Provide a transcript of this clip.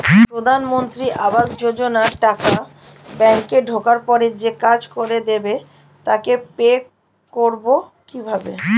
প্রধানমন্ত্রী আবাস যোজনার টাকা ব্যাংকে ঢোকার পরে যে কাজ করে দেবে তাকে পে করব কিভাবে?